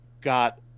got